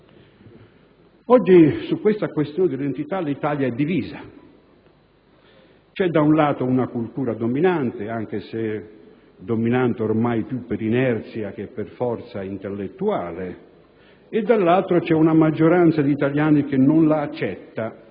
Oggi sulla questione dell'identità l'Italia è divisa. Da un lato c'è una cultura dominante, anche se più per inerzia che per forza intellettuale, dall'altro c'è una maggioranza di italiani che non la accetta,